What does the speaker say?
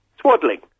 Swaddling